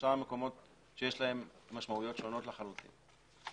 שלושה מקומות שיש להם משמעויות שונות לחלוטין.